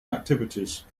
activities